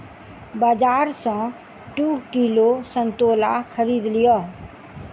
बाजार सॅ दू किलो संतोला खरीद लिअ